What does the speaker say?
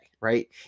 right